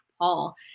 Paul